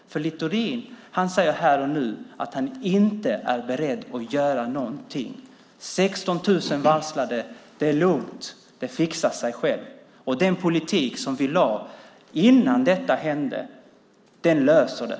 För Littorin säger här och nu att han inte är beredd att göra någonting. Det är 16 000 varslade. Det är lugnt. Det fixar sig självt, och den politik som man lade fram innan detta hände löser det.